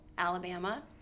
Alabama